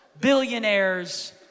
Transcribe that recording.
billionaires